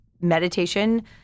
meditation